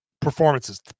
performances